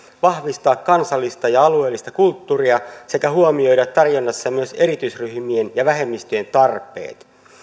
vahvistaa kansallista ja alueellista kulttuuria sekä huomioida tarjonnassa myös erityisryhmien ja vähemmistöjen tarpeet